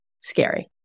scary